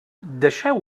deixeu